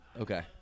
Okay